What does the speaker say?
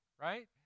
right